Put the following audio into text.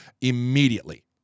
immediately